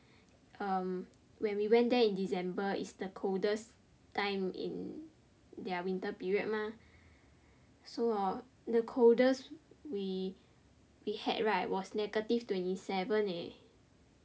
um when we went there in december it's the coldest time in their winter period mah so hor the coldest we we had right was negative twenty seven leh